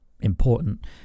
Important